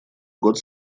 год